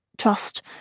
trust